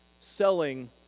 selling